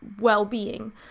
well-being